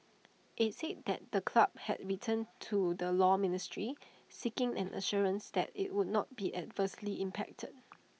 he said that the club had written to the law ministry seeking an assurance that IT would not be adversely impacted